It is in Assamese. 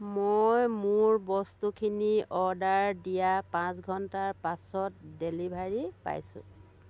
মই মোৰ বস্তুখিনি অৰ্ডাৰ দিয়াৰ পাঁচ ঘণ্টাৰ পাছত ডেলিভাৰী পাইছোঁ